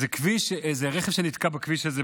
איזה רכב שנתקע בכביש הזה,